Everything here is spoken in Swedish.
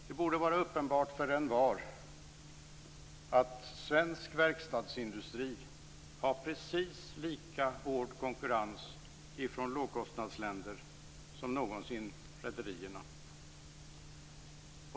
Det borde vara uppenbart för envar att svensk verkstadsindustri har precis lika hård konkurrens från lågkostnadsländer som någonsin rederierna.